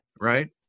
Right